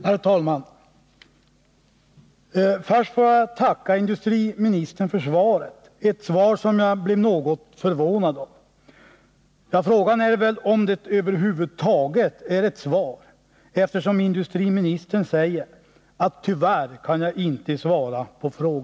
Herr talman! Först vill jag tacka industriministern för svaret — ett svar som jag blev något förvånad av. Frågan är väl om det över huvud taget är ett svar, eftersom industriministern säger att han ”tyvärr inte kan svara”.